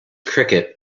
cricket